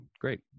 great